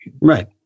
Right